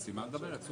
נעשה